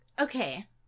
okay